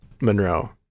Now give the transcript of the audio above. Monroe